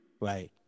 Right